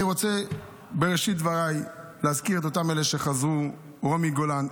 אני רוצה בראשית דבריי להזכיר את אלה שחזרו: רומי גולן,